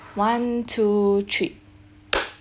one two three